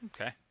Okay